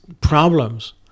problems